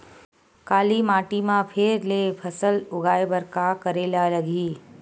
काली माटी म फेर ले फसल उगाए बर का करेला लगही?